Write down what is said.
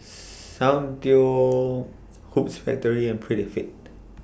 Soundteoh Hoops Factory and Prettyfit